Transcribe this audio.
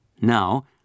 Now